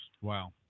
Wow